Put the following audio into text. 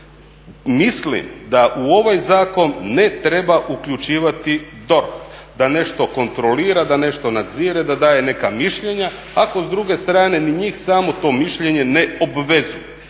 Mislim da u ovaj zakon ne treba uključivati DORH, da nešto kontrolira, da nešto nadzire, da daje neka mišljenja, ako s druge strane ni njih samo to mišljenje ne obvezuje.